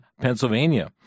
Pennsylvania